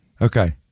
Okay